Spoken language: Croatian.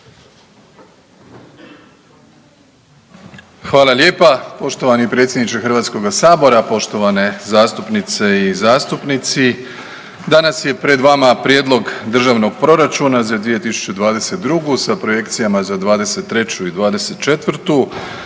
Hvala lijepa. Poštovani predsjedniče HS-a, poštovane zastupnice i zastupnici. Danas je pred vama Prijedlog državnog proračuna za 2022. sa projekcijama za '23. i '24.